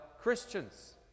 Christians